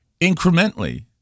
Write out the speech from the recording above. incrementally